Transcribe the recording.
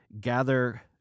gather